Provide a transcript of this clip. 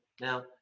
now